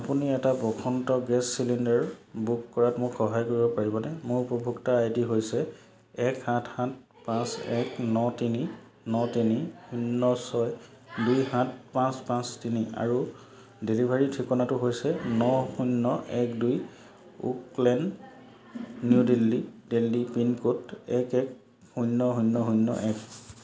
আপুনি এটা Basanta gas cylinder book কৰাত মোক সহায় কৰিব পাৰিবনে মোৰ উপভোক্তা আই ডি হৈছে এক সাত সাত পাঁচ এক ন তিনি ন তিনি শূন্য ছয় দুই সাত পাঁচ পাঁচ তিনি আৰু ডেলিভাৰীৰ ঠিকনাটো হৈছে ন শূন্য এক দুই Oak Lane New Delhi Delhi pincode এক এক শূন্য শূন্য শূন্য এক